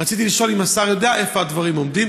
רציתי לשאול אם השר יודע איפה הדברים עומדים.